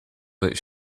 but